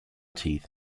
teeth